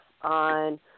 on